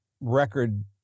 record